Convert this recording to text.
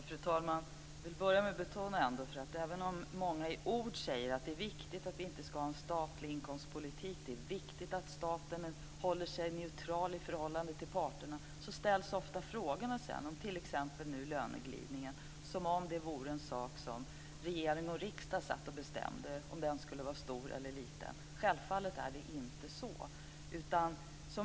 Fru talman! Även om många i ord säger att det är viktigt att inte ha en statlig inkomstpolitik, att det är viktigt att staten håller sig neutral i förhållande till parterna, ställs ofta frågorna om t.ex. löneglidningen, som om det vore regering och riksdag som bestämde om den skulle vara stor eller liten. Självfallet är det inte så.